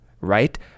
right